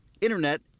Internet